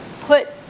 put